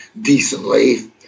decently